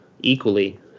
equally